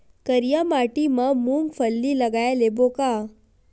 करिया माटी मा मूंग फल्ली लगय लेबों का?